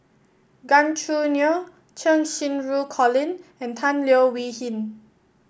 Gan Choo Neo Cheng Xinru Colin and Tan Leo Wee Hin